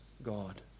God